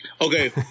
okay